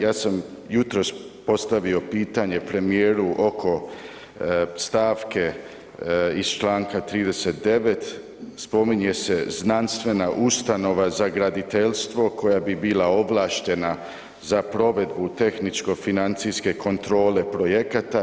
Ja sam jutros postavio pitanje premijeru oko stavke iz čl. 39. spominje se znanstvena ustanova za graditeljstvo koja bi bila ovlaštena za provedbu tehničko-financijske kontrole projekata.